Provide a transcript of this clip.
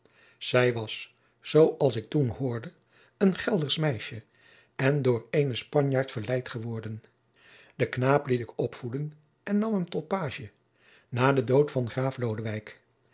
zij was zoo als ik toen hoorde een geldersch meisje en door eenen spanjaard verleid geworden den knaap liet ik opvoeden en nam hem tot pagie na den dood van graaf